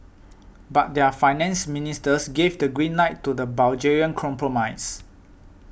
but their finance ministers gave the green light to the Bulgarian compromise